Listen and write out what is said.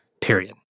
Period